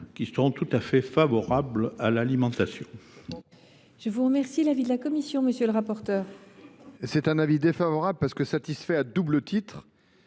qui sont tout à fait favorables à l’alimentation.